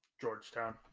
Georgetown